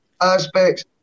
aspects